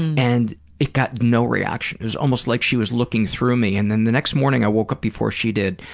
and it got no reaction. it was almost like she was looking right through me. and then the next morning i woke up before she did.